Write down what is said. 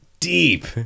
deep